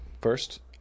First